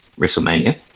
WrestleMania